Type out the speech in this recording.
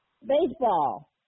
Baseball